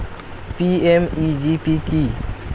PMEGP কি?